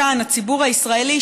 הציבור הישראלי,